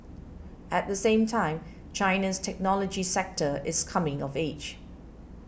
at the same time China's technology sector is coming of age